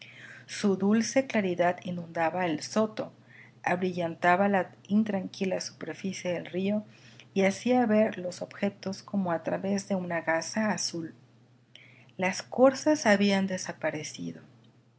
su dulce claridad inundaba el soto abrillantaba la intranquila superficie del río y hacia ver los objetos como a través de una gasa azul las corzas habían desaparecido